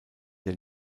der